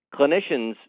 Clinicians